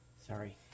Sorry